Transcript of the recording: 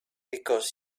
because